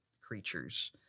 creatures